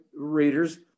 readers